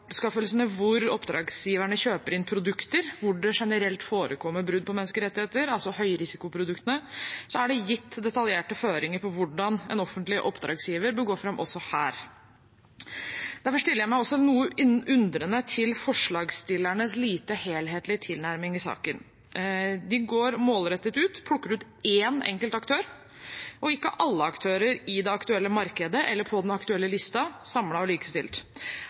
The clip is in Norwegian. anskaffelsene hvor oppdragsgiverne kjøper inn produkter hvor det generelt forekommer brudd på menneskerettigheter, altså høyrisikoproduktene, er det gitt detaljerte føringer på hvordan en offentlig oppdragsgiver bør gå fram også her. Derfor stiller jeg meg noe undrende til forslagsstillernes lite helhetlige tilnærming i saken. De går målrettet ut, plukker ut én enkelt aktør, og ikke alle aktører i det aktuelle markedet eller på den aktuelle listen – samlet og likestilt.